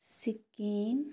Sikkim